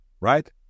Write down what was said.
right